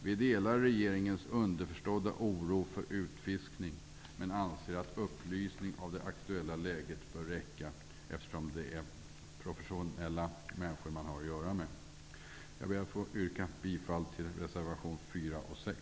Vi delar regeringens underförstådda oro för utfiskning men anser att upplysning om det aktuella läget bör räcka, eftersom det är professionella människor som man har att göra med. Jag ber att få yrka bifall till reservation 4 och 6.